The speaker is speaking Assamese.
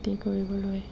খেতি কৰিবলৈ